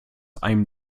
einem